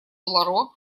ларо